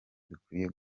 dukwiye